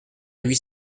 huit